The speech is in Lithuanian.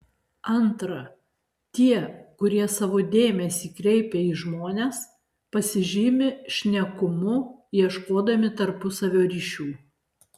antra tie kurie savo dėmesį kreipia į žmones pasižymi šnekumu ieškodami tarpusavio ryšių